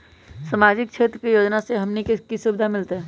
सामाजिक क्षेत्र के योजना से हमनी के की सुविधा मिलतै?